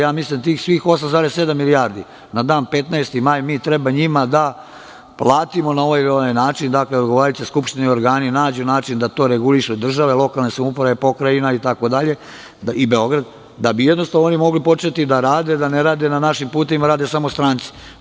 Ja mislim da svih tih 8,7 milijardi na dan 15. maj mi treba njima da platimo na ovaj ili onaj način, da odgovarajuća Skupština i organi nađu način da to reguliše država i lokalne samouprave, pokrajina, Beograd, da bi oni mogli početi da rade, da ne rade na našim putevima samo stranci.